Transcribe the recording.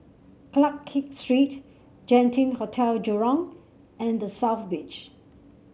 Clarke Street Genting Hotel Jurong and The South Beach